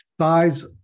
size